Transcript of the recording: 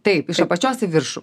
taip iš apačios į viršų